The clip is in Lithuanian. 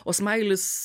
o smailis